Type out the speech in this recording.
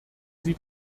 sie